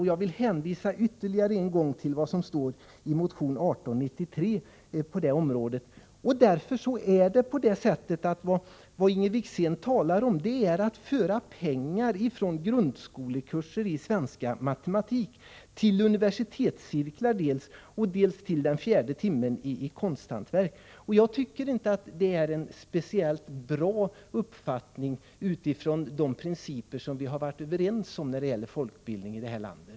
Jag vill än en gång hänvisa till vad som står i motion 1893 på den punkten. Vad Inger Wickzén talar om är att föra över pengar från grundskolekurser i svenska och matematik dels till universitetscirklar, dels till den fjärde timmen i konsthantverk. Jag tycker inte att det är en speciellt bra uppfattning, utifrån de principer för folkbildningen som vi har varit överens om här i landet.